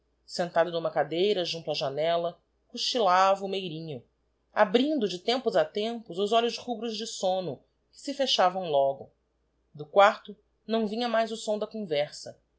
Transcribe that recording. sentado n'uma cadeira junto á janella cochilava o meirinho abrindo de tempos a tempos os olhos rubros de somno que se fechavam logo do qua to não vinha mais o som da conversa